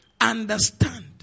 Understand